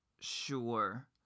sure